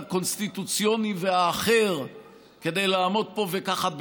הקונסטיטוציוני והאחר כדי לעמוד פה וככה,